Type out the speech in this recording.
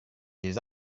des